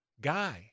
guy